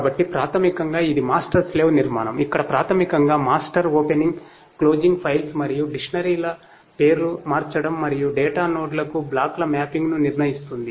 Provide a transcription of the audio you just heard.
కాబట్టి ప్రాథమికంగా ఇది మాస్టర్ స్లేవ్ నిర్మాణం ఇక్కడ ప్రాథమికంగా మాస్టర్ ఓపెనింగ్ క్లోజింగ్ ఫైల్స్ మరియు డిక్షనరీల పేరు మార్చడం మరియు డేటా నోడ్లకు బ్లాక్ల మ్యాపింగ్ను నిర్ణయిస్తుంది